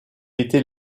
était